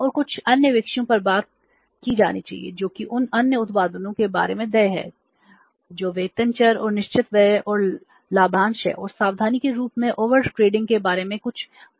और कुछ अन्य विषयों पर बात की जानी चाहिए जो कि उन अन्य उपादानों के बारे में देय हैं जो वेतन चर और निश्चित व्यय कर और लाभांश हैं और सावधानी के रूप में ओवर ट्रेडिंग के बारे में कुछ बिंदु